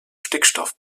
stickstoff